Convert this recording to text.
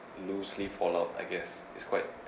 loosely fall out I guess it's quite